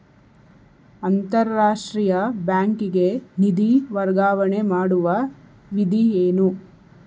ಅಂತಾರಾಷ್ಟ್ರೀಯ ಬ್ಯಾಂಕಿಗೆ ನಿಧಿ ವರ್ಗಾವಣೆ ಮಾಡುವ ವಿಧಿ ಏನು?